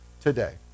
today